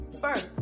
first